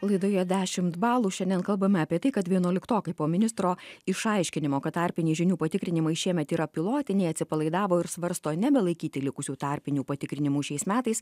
laidoje dešimt balų šiandien kalbame apie tai kad vienuoliktokai po ministro išaiškinimo kad tarpiniai žinių patikrinimai šiemet yra pilotiniai atsipalaidavo ir svarsto nebelaikyti likusių tarpinių patikrinimų šiais metais